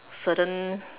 certain